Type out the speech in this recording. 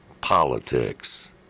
Politics